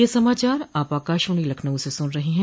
ब्रे क यह समाचार आप आकाशवाणी लखनऊ से सुन रहे हैं